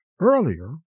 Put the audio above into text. Earlier